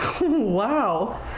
Wow